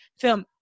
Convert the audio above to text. film